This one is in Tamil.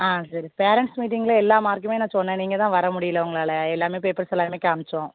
ஆ சரி பேரன்ட்ஸ் மீட்டிங்கில் எல்லாம் மார்க்குமே நான் சொன்னேன் நீங்கள் தான் வர முடியலை உங்களால் எல்லாமே பேப்பர்ஸு எல்லாமே காமித்தோம்